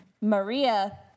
Maria